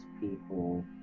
people